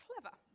clever